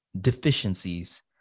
deficiencies